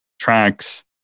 tracks